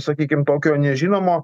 sakykim tokio nežinomo